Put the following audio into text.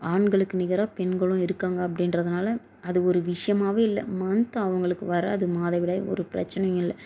ஆண்களுக்கு நிகராக பெண்களும் இருக்காங்க அப்படின்றதுனால அது ஒரு விஷ்யமாகவே இல்லை மன்த் அவங்களுக்கு வராது மாதவிடாய் ஒரு பிரச்சனையும் இல்லை